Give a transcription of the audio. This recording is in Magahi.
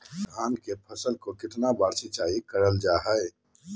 धान की फ़सल को कितना बार सिंचाई करल जा हाय?